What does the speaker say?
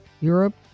Europe